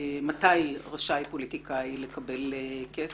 מתי רשאי פוליטיקאי לקבל כסף,